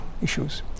issues